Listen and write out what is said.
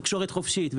תקשורת חופשית,